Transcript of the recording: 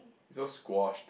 so squashed